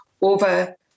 over